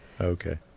Okay